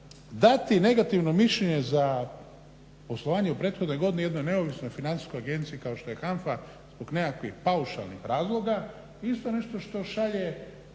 dati negativno mišljenje za poslovanje u prethodnoj godini jednoj neovisnoj financijskoj agenciji kao što je HANFA zbog nekakvih paušalnih razloga isto je nešto što